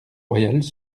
royales